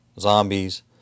zombies